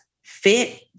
fit